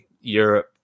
Europe